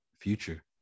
future